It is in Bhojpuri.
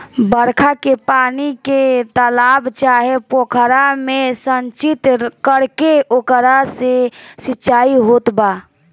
बरखा के पानी के तालाब चाहे पोखरा में संचित करके ओकरा से सिंचाई होत बा